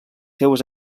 seues